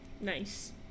Nice